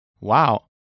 Wow